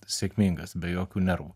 sėkmingas be jokių nervų